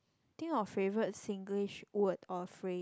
think of favorite Singlish word or phrase